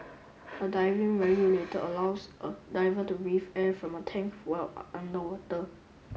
a diving regulator allows a diver to breathe air from a tank while underwater